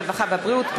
הרווחה והבריאות,